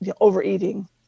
overeating